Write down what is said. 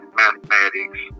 mathematics